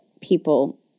people